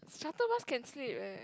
shuttle bus can sit right